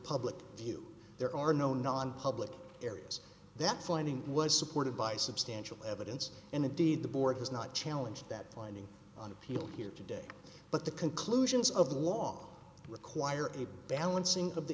public view there are no non public areas that finding was supported by substantial evidence in a deed the board has not challenge that finding on appeal here today but the conclusions of the law require a balancing